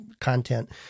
content